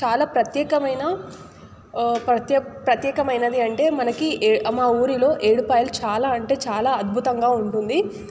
చాలా ప్రత్యేకమైన ప్రతి ప్రత్యేకమైనది అంటే మనకి మా ఊరిలో ఏడుపాయలు చాలా అంటే చాలా అద్భుతంగా ఉంటుంది